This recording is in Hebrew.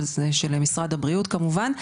של משרד הבריאות כמובן,